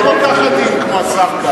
אני לא כל כך עדין כמו השר כץ.